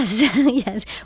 yes